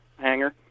hanger